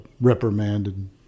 Reprimanded